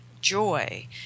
joy